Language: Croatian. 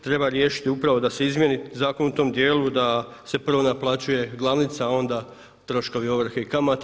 Treba riješiti upravo da se izmjeni zakon u tom djelu da se prvo naplaćuje glavnica a onda troškovi ovrhe i kamata.